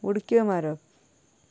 उडक्यो मारप